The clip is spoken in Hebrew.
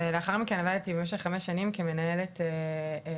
ולאחר מכן עבדתי במשך חמש שנים כמנהלת הערכה